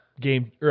game